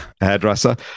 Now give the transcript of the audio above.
hairdresser